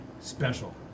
special